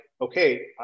okay